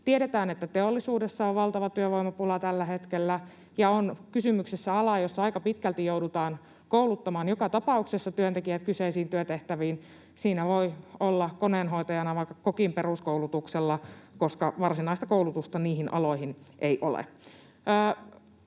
Tiedetään, että teollisuudessa on valtava työvoimapula tällä hetkellä, ja on kysymyksessä ala, jossa aika pitkälti joudutaan kouluttamaan joka tapauksessa työntekijät kyseisiin työtehtäviin. Siinä voi olla koneenhoitajana vaikka kokin peruskoulutuksella, koska varsinaista koulutusta niihin aloihin ei ole.